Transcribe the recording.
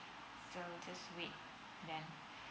so this week then